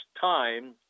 time